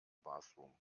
bathroom